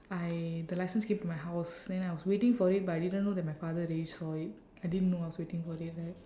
I the license came to my house then I was waiting for it but I didn't know that my father already saw it I didn't know I was waiting for it right